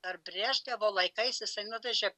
ar brėžniavo laikais jisai nuvežė